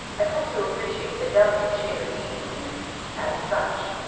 i hope you appreciate the delicate shade of meaning in as such.